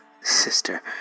sister